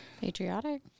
Patriotic